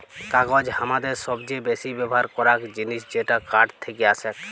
কাগজ হামাদের সবচে বেসি ব্যবহার করাক জিনিস যেটা কাঠ থেক্কে আসেক